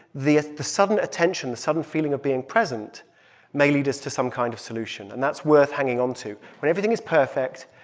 the the sudden attention, the sudden feeling of being present may lead us to some kind of solution. and that's worth hanging onto. when everything is perfect,